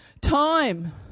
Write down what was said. time